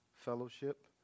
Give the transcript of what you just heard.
fellowship